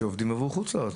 שעובדים עבור חוץ לארץ,